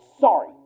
sorry